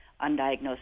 undiagnosed